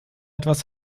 etwas